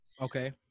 Okay